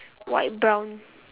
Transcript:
white brown